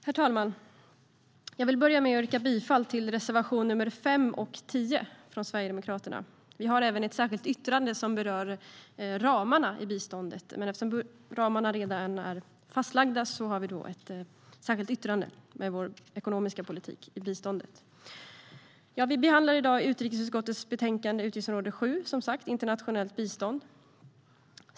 Herr talman! Jag vill börja med att yrka bifall till reservationerna 5 och 10 från Sverigedemokraterna. Vi har även ett särskilt yttrande som berör ramarna i biståndet, men eftersom ramarna redan är fastlagda har vi i stället ett särskilt yttrande om vår ekonomiska politik i biståndet. Vi behandlar i dag utrikesutskottets betänkande Utgiftsområde 7 Internationellt bistånd .